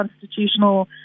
constitutional